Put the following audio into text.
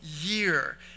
year